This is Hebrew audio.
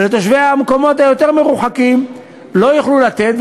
ולתושבי המקומות היותר-מרוחקים לא יוכלו לתת,